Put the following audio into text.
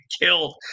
killed